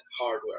hardware